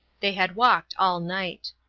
they had walked all night.